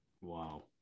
Wow